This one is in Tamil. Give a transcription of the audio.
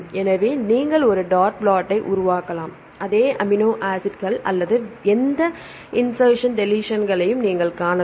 எனவே நீங்கள் ஒரு டாட் பிளாட்டை உருவாக்கலாம் அதே அமினோ ஆசிட்கள் அல்லது எந்த இன்செர்சன் டெலிஷன்கள் களையும் நீங்கள் காணலாம்